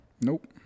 Nope